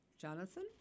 Jonathan